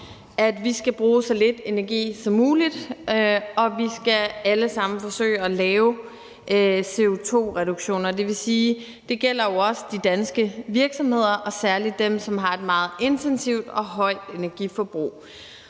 at vi skal bruge så lidt energi som muligt, og at vi alle sammen skal forsøge at lave CO2-reduktioner. Det vil sige, at det jo også gælder de danske virksomheder, særlig dem, som har et meget intensivt og højt energiforbrug.